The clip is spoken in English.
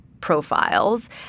profiles